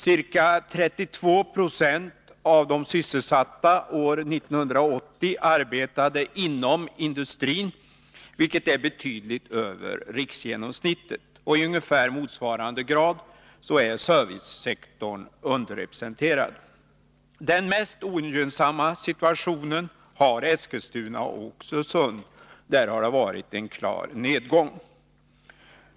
År 1980 arbetade ca 32 96 av de sysselsatta inom industrin, vilket är betydligt över riksgenomsnittet. I ungefär motsvarande grad är servicesektorn underrepresenterad. Den mest ogynnsamma situationen har Eskilstuna och Oxelösund, som haft en klar nedgång.